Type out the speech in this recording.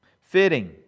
fitting